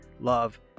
love